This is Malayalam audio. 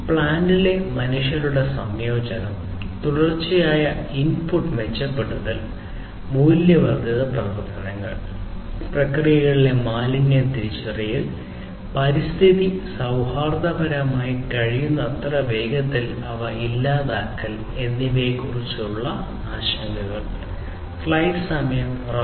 പ്ലാന്റിലെ മനുഷ്യരുടെ സംയോജനം തുടർച്ചയായ ഇൻപുട്ട് മെച്ചപ്പെടുത്തൽ മൂല്യവർദ്ധിത പ്രവർത്തനങ്ങൾ പ്രക്രിയകളിലെ മാലിന്യങ്ങൾ തിരിച്ചറിയൽ പരിസ്ഥിതി സൌഹാർദ്ദപരമായി കഴിയുന്നത്ര വേഗത്തിൽ അവ ഇല്ലാതാക്കൽ എന്നിവയെക്കുറിച്ചുള്ള ആശങ്കകൾ